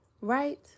right